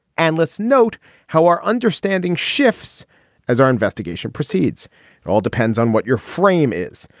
analysts note how our understanding shifts as our investigation proceeds. it all depends on what your frame is.